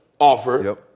offer